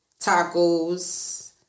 tacos